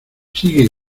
sigue